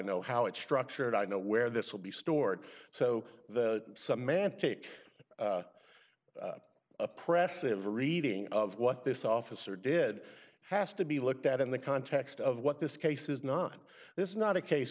know how it's structured i know where this will be stored so busy some man take oppressive reading of what this officer did has to be looked at in the context of what this case is not this is not a case